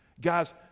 Guys